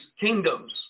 kingdoms